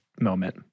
moment